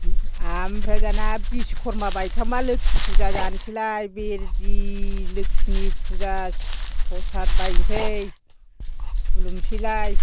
आमफ्राय दाना बिस्वकरमा बायखांबा लोखि फुजा जानोसैलाय बेलजि लोखिनि फुजानि प्रसाद बायनोसै खुलुमसैनोलाय